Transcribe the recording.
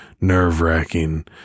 nerve-wracking